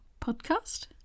podcast